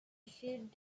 issued